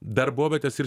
darbovietės ir